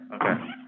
Okay